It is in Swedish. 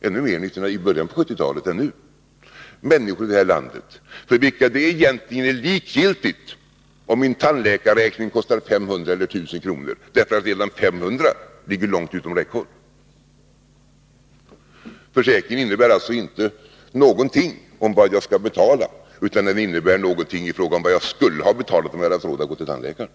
ännu fler än nu — människor i det här landet, för vilka det egentligen är likgiltigt om en tandläkarräkning är på 500 eller 1 000 kr., därför att redan 500 ligger långt utom räckhåll. Försäkringen innebär alltså inte någonting i fråga om vad jag skall betala, utan den innebär någonting i fråga om vad jag skulle ha betalat, om jag hade haft råd att gå till tandläkaren.